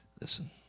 listen